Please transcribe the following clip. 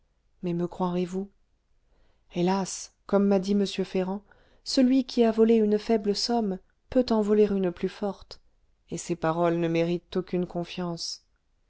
mais me croirez-vous hélas comme m'a dit m ferrand celui qui a volé une faible somme peut en voler une plus forte et ses paroles ne méritent aucune confiance